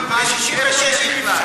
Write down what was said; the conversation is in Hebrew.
יש 66 במבצע.